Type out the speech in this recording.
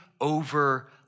over